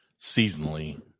seasonally